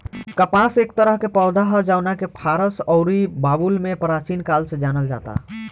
कपास एक तरह के पौधा ह जवना के फारस अउरी बाबुल में प्राचीन काल से जानल जाता